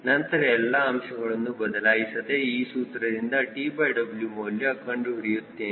ನಂತರ ಎಲ್ಲಾ ಅಂಶಗಳನ್ನು ಬದಲಾಯಿಸದೆ ಈ ಸೂತ್ರದಿಂದ TW ಮೌಲ್ಯ ಕಂಡುಹಿಡಿಯುತ್ತೇನೆ